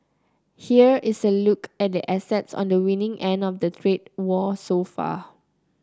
here's a look at the assets on the winning end of the trade war so far